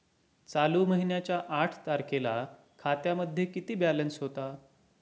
चालू महिन्याच्या आठ तारखेला खात्यामध्ये किती बॅलन्स होता?